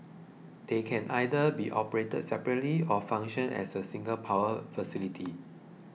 they can either be operated separately or function as a single power facility